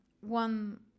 one